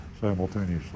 simultaneously